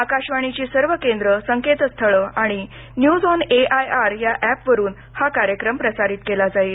आकाशवाणीची सर्व केंद्र संकेतस्थळ आणि न्यूजऑन एआयआर या ऍपवरुन हा कार्यक्रम प्रसारित केला जाईल